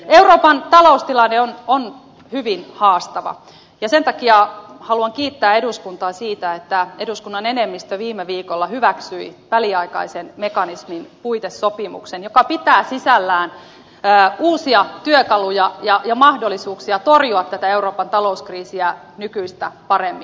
euroopan taloustilanne on hyvin haastava ja sen takia haluan kiittää eduskuntaa siitä että eduskunnan enemmistö viime viikolla hyväksyi väliaikaisen mekanismin puitesopimuksen joka pitää sisällään uusia työkaluja ja mahdollisuuksia torjua tätä euroopan talouskriisiä nykyistä paremmin